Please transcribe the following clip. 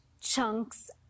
chunks